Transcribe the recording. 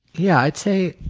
yeah, i'd say,